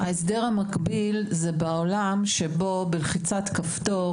ההסדר המקביל זה בעולם שבו בלחיצת כפתור